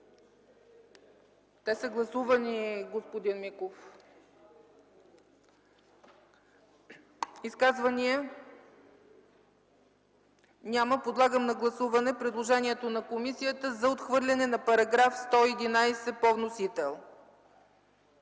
Те са гласувани, господин Миков. Изказвания? Няма. Подлагам на гласуване предложението на комисията за отхвърляне на § 111 по вносител.